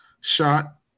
shot